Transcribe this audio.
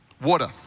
water